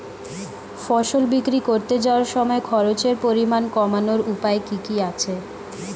ফসল বিক্রি করতে যাওয়ার সময় খরচের পরিমাণ কমানোর উপায় কি কি আছে?